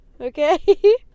okay